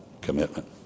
commitment